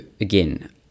again